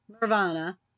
Nirvana